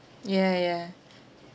ya ya